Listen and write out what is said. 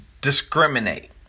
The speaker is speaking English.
discriminate